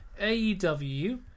AEW